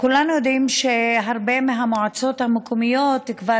כולנו יודעים שהרבה מהמועצות המקומיות כבר